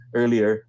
earlier